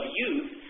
youth